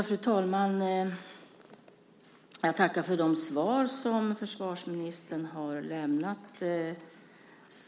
Fru talman! Jag tackar för de svar som försvarsministern har lämnat.